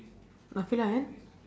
and